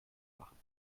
machen